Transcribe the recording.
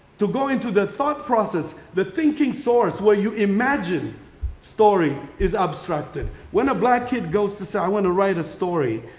to go into the thought process, the thinking source you imagine story is obstructive. when a black kid goes to say, i want to write a story,